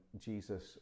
Jesus